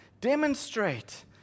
demonstrate